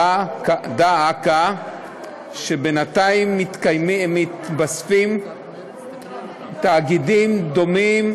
דא עקא שבינתיים מתווספים תאגידים דומים,